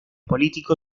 político